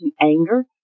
anger